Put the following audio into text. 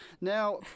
Now